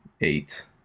eight